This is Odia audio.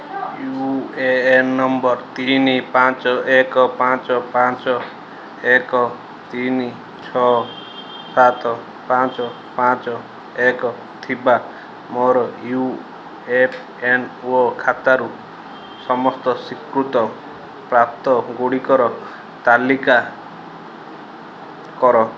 ୟୁ ଏ ଏନ୍ ନମ୍ବର ତିନି ପାଞ୍ଚ ଏକ ପାଞ୍ଚ ପାଞ୍ଚ ଏକ ତିନି ଛଅ ସାତ ପାଞ୍ଚ ପାଞ୍ଚ ଏକ ଥିବା ମୋର ଇ ପି ଏଫ୍ ଓ ଖାତାରୁ ସମସ୍ତ ସ୍ଵୀକୃତ ପ୍ରାପ୍ୟଗୁଡ଼ିକର ତାଲିକା କର